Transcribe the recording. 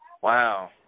Wow